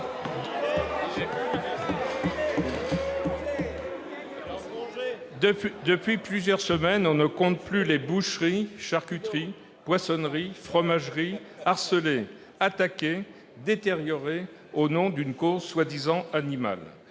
Depuis plusieurs semaines, on ne compte plus les boucheries, charcuteries, poissonneries et fromageries harcelées, attaquées, détériorées au nom d'une cause prétendument animale.